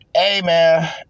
Amen